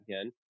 again